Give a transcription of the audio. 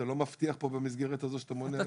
שאתה לא מבטיח פה במסגרת הזאת שאתה מונע נזק.